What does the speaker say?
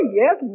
yes